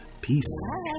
Peace